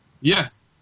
Yes